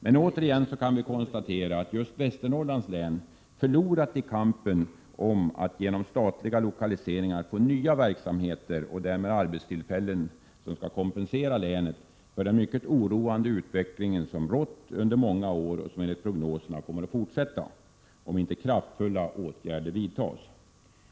Men återigen kan vi konstatera att just Västernorrlands län förlorat kampen om att genom statliga lokaliseringar få nya verksamheter och därmed arbetstillfällen som kan kompensera länet för den mycket oroande utveckling som har rått under många år och som enligt prognoserna kommer att fortsätta om inte kraftfulla åtgärder vidtas.